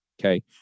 Okay